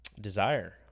Desire